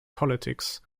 politics